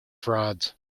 frauds